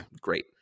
great